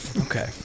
Okay